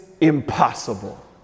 impossible